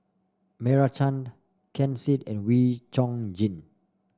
Meira Chand Ken Seet and Wee Chong Jin